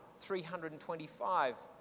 325